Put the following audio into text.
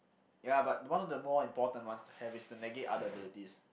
ya but one of the more important ones to have is to negate other abilities